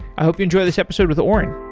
i hope you enjoy this episode with oren.